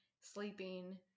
sleeping